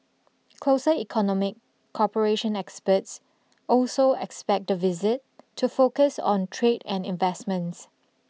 closer economic cooperation experts also expect the visit to focus on trade and investments